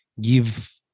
give